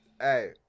Hey